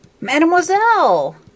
Mademoiselle